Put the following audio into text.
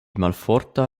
malforta